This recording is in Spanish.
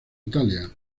italia